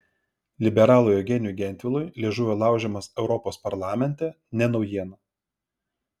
liberalui eugenijui gentvilui liežuvio laužymas europos parlamente ne naujiena